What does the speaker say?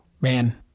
Man